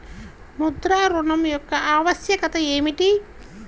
ముద్ర ఋణం యొక్క ఆవశ్యకత ఏమిటీ?